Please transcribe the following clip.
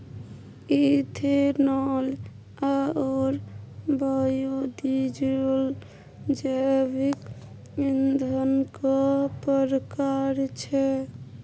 ethanol आओर biodiesel जैविक ईंधनक प्रकार छै